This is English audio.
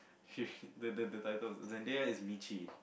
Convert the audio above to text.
the the the title Zendaya is Meechee